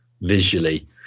visually